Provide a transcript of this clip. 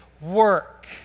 work